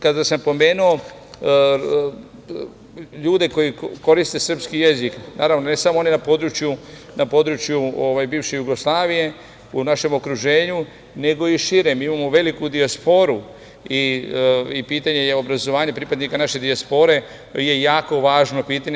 Kada sam pomenuo ljude koji koriste srpski jezik, ne samo one na području bivše Jugoslavije, u našem okruženju nego i šire, mi imamo veliku dijasporu i pitanje obrazovanja pripadnika naše dijaspore je jako važno pitanje.